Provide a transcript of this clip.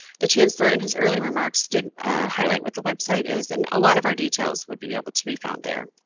the chancellor in his early remarks did highlight what the website is and a lot of our details would be be able to be found there.